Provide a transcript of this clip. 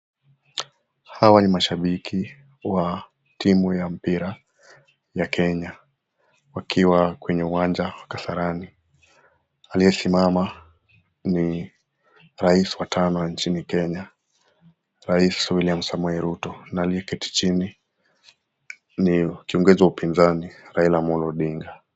Hawa ni mashabiki wa timu ya mpira ya Kenya wakiwa kwenye uwanja wa Kasarani aliyesimama ni rais wa tano wa nchini Kenya rais William Samoe Ruto na aliyeketi chini ni kiongozi wa upinzani Raila Omolo Odinga.